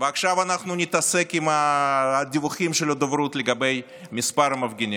ועכשיו אנחנו נתעסק עם הדיווחים של הדוברות לגבי מספר המפגינים.